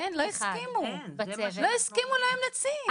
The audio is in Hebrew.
אין, לא הסכימו להם נציג.